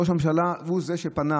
ראש הממשלה הוא שפנה